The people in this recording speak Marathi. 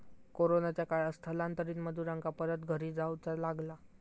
कोरोनाच्या काळात स्थलांतरित मजुरांका परत घरी जाऊचा लागला